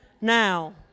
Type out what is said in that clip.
now